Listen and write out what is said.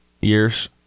years